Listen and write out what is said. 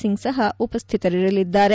ಸಿಂಗ್ ಸಹ ಉಪಸ್ಥಿತರಿರಲಿದ್ದಾರೆ